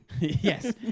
Yes